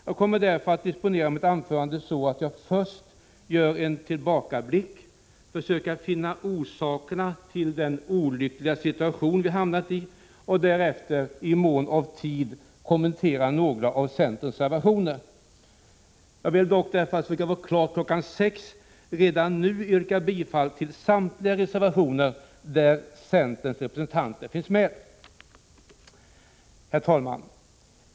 Jag kommer därför att disponera mitt anförande så, att jag först gör en tillbakablick och försöker finna orsakerna till den olyckliga situation som vi hamnat i och därefter i mån av tid kommenterar några av centerns reservationer. Jag vill dock, eftersom kammarens förhandlingar skall avbrytas kl. 18.00, redan nu yrka bifall till samtliga reservationer där centerns representanter finns med. Herr talman!